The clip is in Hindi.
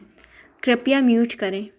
कृपया म्यूट करें